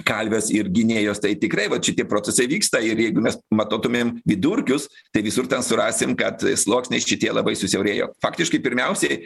kalvės ir gynėjos tai tikrai vat šitie procesai vyksta ir jeigu mes matuotumėm vidurkius tai visur surasim kad sluoksniai šitie labai susiaurėjo faktiškai pirmiausiai